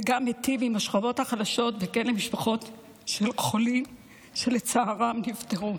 וגם מיטיב עם השכבות החלשות וכן עם משפחות של חולים שלצערן נפטרו.